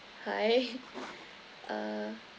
hi uh